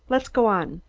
let's go on.